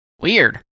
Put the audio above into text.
Weird